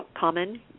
common